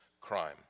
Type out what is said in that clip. crime